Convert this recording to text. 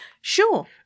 sure